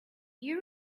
you